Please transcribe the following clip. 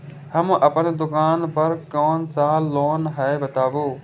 हम अपन दुकान पर कोन सा लोन हैं बताबू?